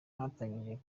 natangiye